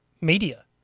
media